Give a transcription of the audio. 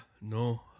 no